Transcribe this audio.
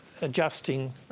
adjusting